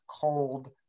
cold